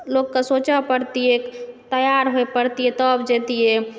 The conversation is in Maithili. लोकके सोचै पड़तै तैयार होइ पड़ैत यऽ तब जाइतिए